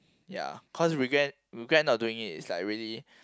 ya cause regret regret not doing it is like really